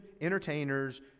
entertainers